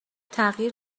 تغییر